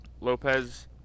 Lopez